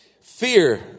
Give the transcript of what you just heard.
Fear